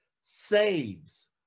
saves